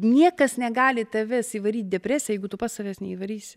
niekas negali tavęs įvaryt depresiją jeigu tu pats savęs neįvarysi